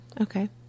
Okay